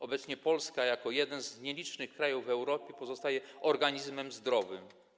Obecnie Polska jako jeden z nielicznych krajów w Europie pozostaje organizmem zdrowym.